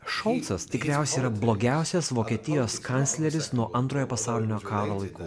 šolcas tikriausiai yra blogiausias vokietijos kancleris nuo antrojo pasaulinio karo laikų